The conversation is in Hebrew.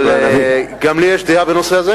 זכית, אבל גם לי יש דעה בנושא הזה,